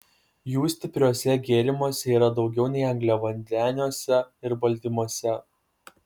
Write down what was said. jų stipriuose gėrimuose yra daugiau nei angliavandeniuose ir baltymuose